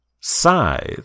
Scythe